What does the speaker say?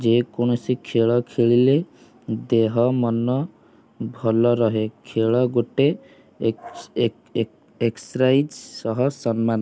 ଯେକୌଣସି ଖେଳ ଖେଳିଲେ ଦେହ ମନ ଭଲ ରହେ ଖେଳ ଗୋଟେ ଏ ଏକ୍ସସର୍ସାଇଜ୍ ସହ ସମାନ